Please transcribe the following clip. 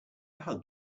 hug